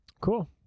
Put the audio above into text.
Cool